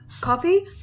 Coffee